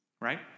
right